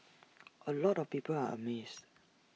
A lot of people are amazed